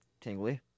tingly